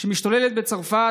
שמשתוללת בצרפת.